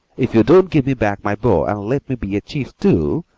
if you don't give me back my bow and let me be a chief, too,